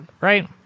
Right